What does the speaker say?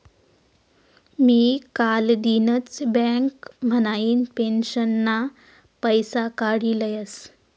मी कालदिनच बँक म्हाइन पेंशनना पैसा काडी लयस